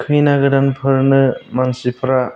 खैना गोदानफोरनो मानसिफ्रा